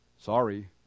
Sorry